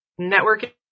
networking